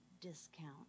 discount